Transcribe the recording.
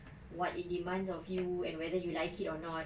what it demands of you and whether you like it or not